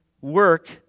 work